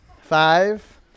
five